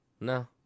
No